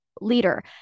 leader